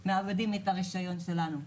אנחנו מאבדות את הרישיון שלנו,